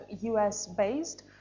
US-based